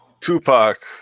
Tupac